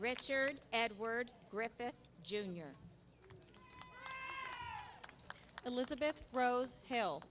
richard edward griffith junior elizabeth rose hill